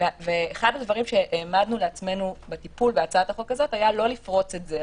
אחד הדברים שהעמדנו לעצמנו בטיפול בהצעת החוק הזו היה לא לפרוץ את זה,